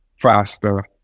faster